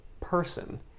person